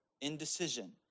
Indecision